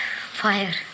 fire